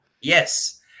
Yes